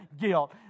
guilt